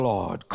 Lord